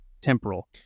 temporal